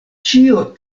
ĉio